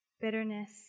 bitterness